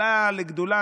עלה לגדולה,